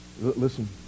Listen